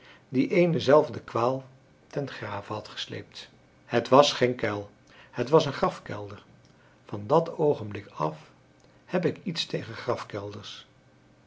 die eene zelfde kwaal ten grave had gesleept het was geen kuil het was een grafkelder van dat oogenblik af heb ik iets tegen grafkelders